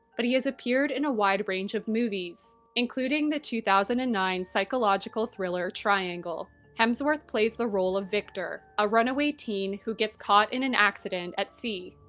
but he has appeared in a wide range of movies, including the two thousand and nine psychological thriller triangle. hemsworth plays the role of victor, a runaway teen who gets caught in an accident at sea,